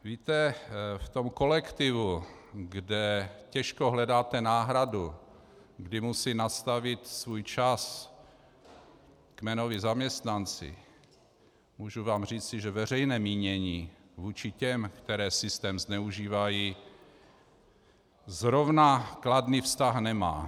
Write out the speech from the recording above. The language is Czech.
Víte, v tom kolektivu, kde těžko hledáte náhradu, kdy musí nastavit svůj čas kmenoví zaměstnanci, můžu vám říci, že veřejné mínění vůči těm, kteří systém zneužívají, zrovna kladný vztah nemá.